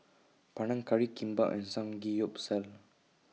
Panang Curry Kimbap and Samgeyopsal